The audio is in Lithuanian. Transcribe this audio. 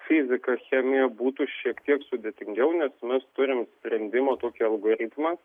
fizika chemija būtų šiek tiek sudėtingiau nes mes turim sprendimų tokį algoritmą